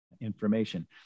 information